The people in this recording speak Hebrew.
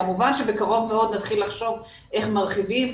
כמובן שבקרוב מאוד נתחיל לחשוב איך מרחיבים,